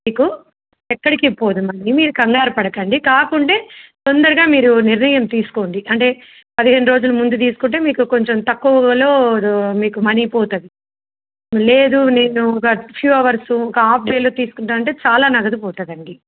మీకు ఎక్కడికి పోదు మనీ మీరు కంగారు పడకండి కాకుంటే తొందరగా మీరు నిర్ణయం తీసుకోండి అంటే పదిహేండు రోజులు ముందు తీసుకుంటే మీకు కొంచెం తక్కువలో మీకు మనీ పోతుంది లేదు నేను ఒక ఫ్యూ అవర్సు ఒక హాఫ్ డేలో తీసుకుంటాను అంటే చాలా నగదు పోతుందండి